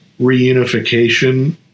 reunification